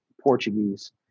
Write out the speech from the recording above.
Portuguese